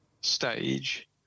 stage